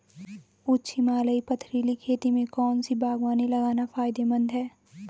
उच्च हिमालयी पथरीली खेती में कौन सी बागवानी लगाना फायदेमंद है?